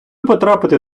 потрапити